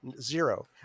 Zero